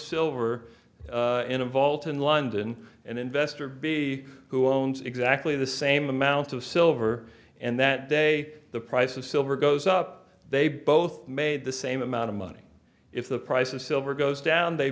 vault in london and investor b who owns exactly the same amount of silver and that day the price of silver goes up they both made the same amount of money if the price of silver goes down they